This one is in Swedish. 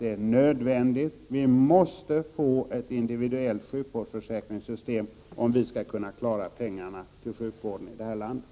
Det är nödvändigt! Vi måste få ett individuellt sjukvårdsförsäkringssystem om vi skall klara av att förse sjukvården med de pengar som behövs för den uppgiften i det här landet.